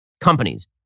companies